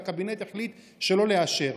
והקבינט החליט לא לאשר.